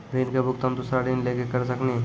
ऋण के भुगतान दूसरा ऋण लेके करऽ सकनी?